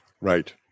Right